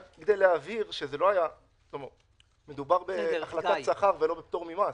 רק כדי להבהיר שמדובר בהחלטת שכר ולא בפטור ממס.